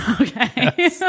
Okay